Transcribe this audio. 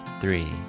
three